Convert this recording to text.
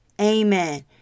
Amen